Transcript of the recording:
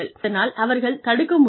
அதனால் அவர்கள் தடுக்க முடியும்